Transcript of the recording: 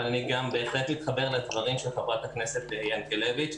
אבל אני גם בהחלט מתחבר לדברים של חברת הכנסת ינקלביץ'